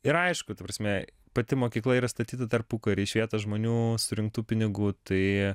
ir aišku ta prasme pati mokykla yra statyta tarpukariu iš vietos žmonių surinktų pinigų tai